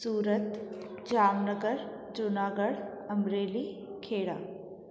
Surat Jamnagar Junagadh Amreli Kheda